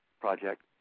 project